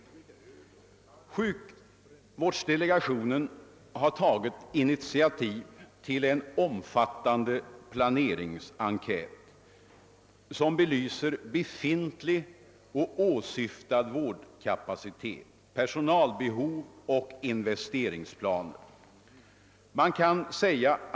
Sjukvårdsdelegationen har också tagit initiativ till en omfattande planeringsenkät som belyser befintlig och åsyftad vårdkapacitet, personalbehov och investeringsplaner.